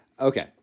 Okay